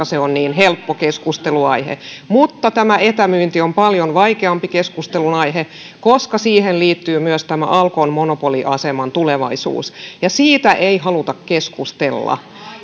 se on niin helppo keskusteluaihe mutta tämä etämyynti on paljon vaikeampi keskustelun aihe koska siihen liittyy myös tämä alkon monopoliaseman tulevaisuus ja siitä ei haluta keskustella